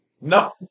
No